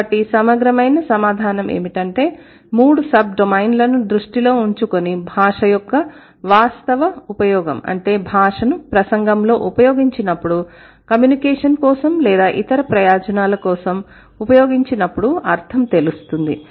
కాబట్టి సమగ్రమైన సమాధానం ఏమిటంటే మూడు సబ్డొమైన్లను దృష్టిలో ఉంచుకుని భాష యొక్క వాస్తవ ఉపయోగం అంటే భాషను ప్రసంగం లో ఉపయోగించినప్పుడు కమ్యూనికేషన్ కోసం లేదా ఇతర ప్రయోజనాల కోసం ఉపయోగించినప్పుడు అర్థం తెలుస్తుంది